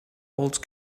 old